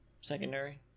Secondary